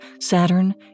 Saturn